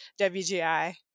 WGI